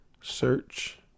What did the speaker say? Search